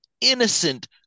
innocent